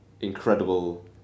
incredible